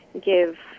give